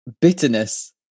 bitterness